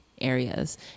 areas